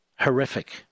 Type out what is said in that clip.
Horrific